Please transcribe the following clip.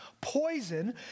poison